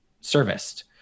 serviced